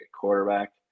quarterback